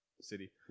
city